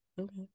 Okay